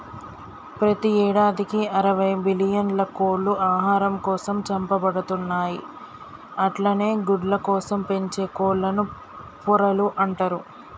ప్రతి యేడాదికి అరవై బిల్లియన్ల కోళ్లు ఆహారం కోసం చంపబడుతున్నయి అట్లనే గుడ్లకోసం పెంచే కోళ్లను పొరలు అంటరు